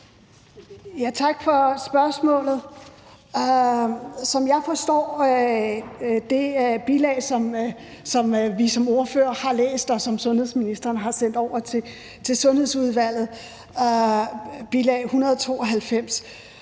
Tak for spørgsmålet. Som jeg forstår det bilag, som vi som ordførere har læst, og som sundhedsministeren har sendt over til Sundhedsudvalget, bilag 192,